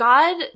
God